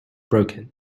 broken